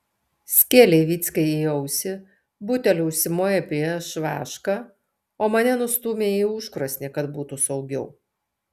skėlei vyckai į ausį buteliu užsimojai prieš vašką o mane nustūmei į užkrosnį kad būtų saugiau